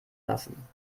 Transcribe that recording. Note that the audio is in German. lassen